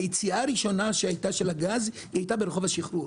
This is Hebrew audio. היציאה הראשונה שהייתה של הגז הייתה ברחוב השחרור,